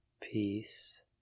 peace